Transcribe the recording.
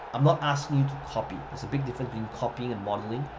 i'm not asking you to copy. there's a big difference between copying and modeling.